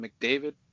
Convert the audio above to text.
McDavid